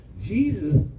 Jesus